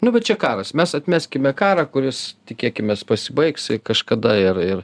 nu bet čia karas mes atmeskime karą kuris tikėkimės pasibaigs kažkada ir ir